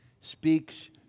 speaks